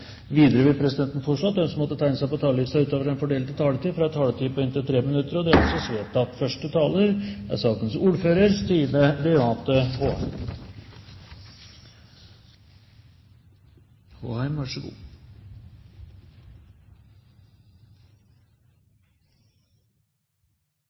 Videre vil presidenten foreslå at de som måtte tegne seg på talerlisten utover den fordelte taletid, får en taletid på inntil 3 minutter. – Det anses vedtatt. Første taler er representanten Ragnhild Aarflot Kalland, som taler på vegne av sakens ordfører,